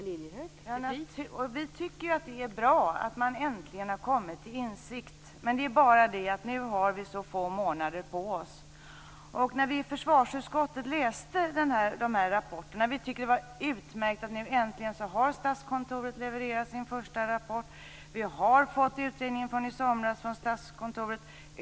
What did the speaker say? Fru talman! Vi tycker ju att det är bra att man äntligen har kommit till insikt, men det är bara det att vi nu har så få månader på oss. Vi i försvarsutskottet har läst de här rapporterna, och vi tyckte att det var utmärkt att Statskontoret nu äntligen har levererat sin första rapport. Vi har fått utredningen från i somras från Statskontoret.